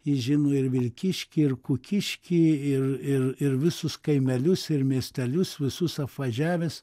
jis žino ir vilkiškį ir kukiškį ir ir ir visus kaimelius ir miestelius visus apvažiavęs